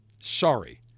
Sorry